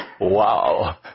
wow